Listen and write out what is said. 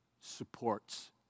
supports